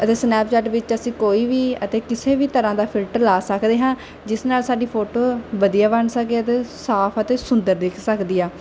ਅਤੇ ਸਨੈਪਚੈਟ ਵਿੱਚ ਅਸੀਂ ਕੋਈ ਵੀ ਅਤੇ ਕਿਸੇ ਵੀ ਤਰ੍ਹਾਂ ਦਾ ਫਿਲਟ ਲਾ ਸਕਦੇ ਹਾਂ ਜਿਸ ਨਾਲ ਸਾਡੀ ਫੋਟੋ ਵਧੀਆ ਬਣ ਸਕੇ ਅਤੇ ਸਾਫ਼ ਅਤੇ ਸੁੰਦਰ ਦਿਖ ਸਕਦੀ ਆ